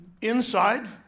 inside